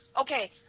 Okay